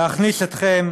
להכניס אתכם